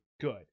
good